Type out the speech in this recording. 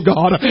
God